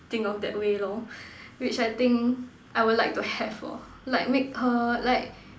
think of that way lor which I think I would like to have lor like make her like